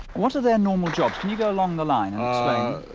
what are their normal jobs. can you go along the line ah?